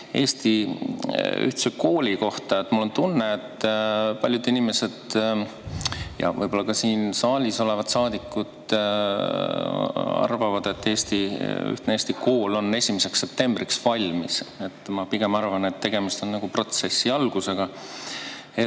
Eesti kooli kohta. Mul on tunne, et paljud inimesed ja võib-olla ka siin saalis olevad saadikud arvavad, et ühtne Eesti kool on 1. septembriks valmis. Ma pigem arvan, et tegemist on protsessi algusega.